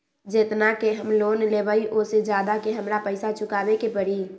जेतना के हम लोन लेबई ओ से ज्यादा के हमरा पैसा चुकाबे के परी?